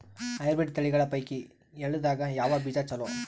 Hybrid ತಳಿಗಳ ಪೈಕಿ ಎಳ್ಳ ದಾಗ ಯಾವ ಬೀಜ ಚಲೋ?